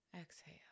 Exhale